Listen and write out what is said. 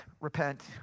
repent